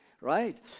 Right